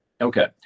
okay